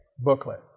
booklet